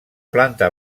planta